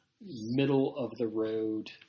middle-of-the-road